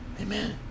amen